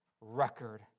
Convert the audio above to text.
record